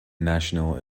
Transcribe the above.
national